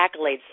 accolades